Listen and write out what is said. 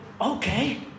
okay